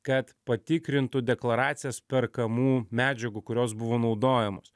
kad patikrintų deklaracijas perkamų medžiagų kurios buvo naudojamos